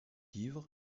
ivre